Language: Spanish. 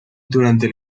durante